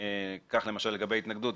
כך למשל לגבי ההתנגדות,